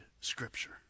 Scripture